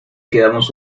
quedamos